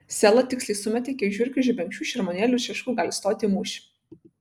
sela tiksliai sumetė kiek žiurkių žebenkščių šermuonėlių ir šeškų gali stoti į mūšį